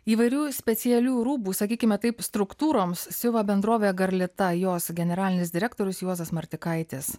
įvairių specialių rūbų sakykime taip struktūroms siuva bendrovė garlita jos generalinis direktorius juozas martikaitis